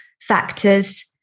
factors